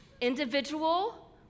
individual